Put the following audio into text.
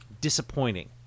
disappointing